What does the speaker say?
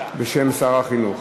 בשם שר החינוך.